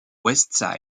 west